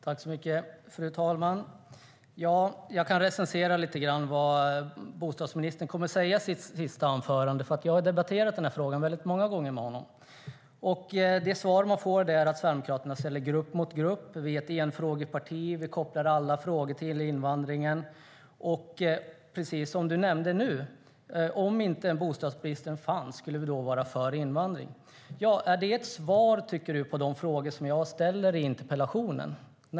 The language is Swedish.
Fru talman! Jag kan berätta lite grann vad bostadsministern kommer att säga i sitt sista anförande, för jag har debatterat den här frågan många gånger med honom. Det svar man ger är att Sverigedemokraterna ställer grupp mot grupp. Vi är ett enfrågeparti. Vi kopplar alla frågor till invandringen. Och precis som du gjorde nu frågar man: Om inte bostadsbristen fanns, skulle vi då vara för invandring? Är det ett svar, tycker du, på de frågor som jag ställer i interpellationen?